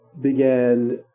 began